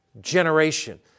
generation